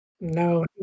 No